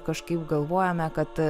kažkaip galvojame kad